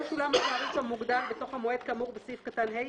לא שולם התעריף המוגדל בתוך המועד כאמור בסעיף קטן (ה),